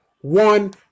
one